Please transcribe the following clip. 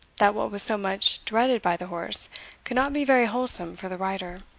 that what was so much dreaded by the horse could not be very wholesome for the rider.